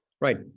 right